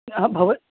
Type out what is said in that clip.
हा भव